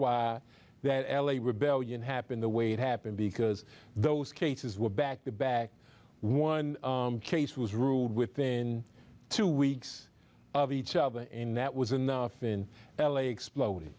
why the l a rebellion happened the way it happened because those cases were back to back one case was ruled within two weeks of each other and that was enough in l a explod